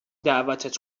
دعوتت